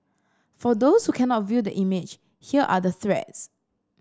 for those who cannot view the image here are the threats